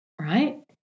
right